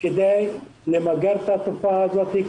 כדי למגר את התופעה הזאת,